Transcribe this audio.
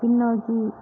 பின்னோக்கி